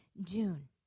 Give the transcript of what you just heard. June